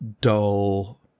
dull